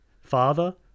father